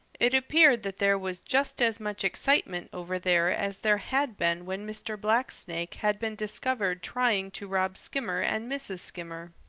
it appeared that there was just as much excitement over there as there had been when mr. blacksnake had been discovered trying to rob skimmer and mrs. skimmer.